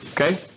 Okay